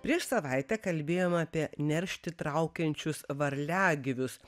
prieš savaitę kalbėjome apie neršti traukiančius varliagyvius